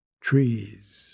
trees